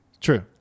True